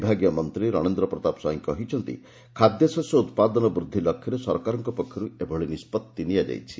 ବିଭାଗୀୟ ମନ୍ତୀ ରଣେନ୍ର ପ୍ରତାପ ସ୍ୱାଇଁ କହିଛନ୍ତି ଖାଦ୍ ଉପାଦନ ବୃଦ୍ଧି ଲକ୍ଷ୍ୟରେ ସରକାରଙ୍କ ପକ୍ଷରୁ ଏଭଳି ନିଷ୍ବଭି ନିଆଯାଇଛି